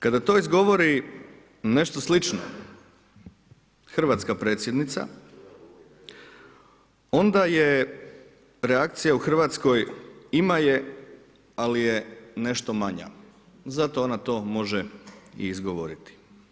Kad to izgovori nešto slično hrvatska predsjednica onda je reakcija u Hrvatskoj ima je ali je nešto manja, zato ona to može i izgovoriti.